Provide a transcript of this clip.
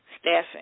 staffing